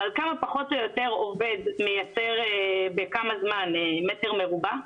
אז כמה פחות או יותר עובד מייצר בכמה זמן מטר מרובע,